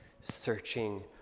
searching